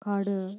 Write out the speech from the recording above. card